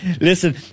Listen